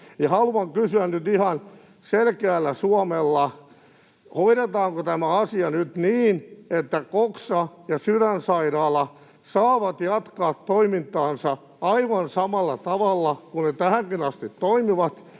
haluan kysyä nyt ihan selkeällä suomella: hoidetaanko tämä asia nyt niin, että Coxa ja Sydänsairaala saavat jatkaa toimintaansa aivan samalla tavalla kuin ne tähänkin asti ovat